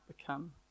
become